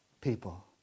people